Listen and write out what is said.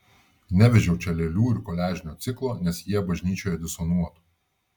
nevežiau čia lėlių ir koliažinio ciklo nes jie bažnyčioje disonuotų